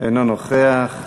אינו נוכח,